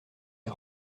les